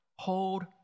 hold